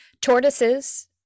tortoises